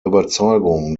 überzeugung